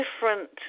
different